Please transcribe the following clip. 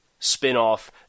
spinoff